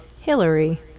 Hillary